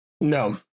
No